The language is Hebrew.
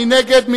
מי נגד?